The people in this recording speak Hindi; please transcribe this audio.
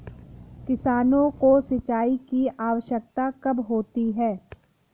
किसानों को सिंचाई की आवश्यकता कब होती है?